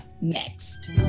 next